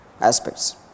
aspects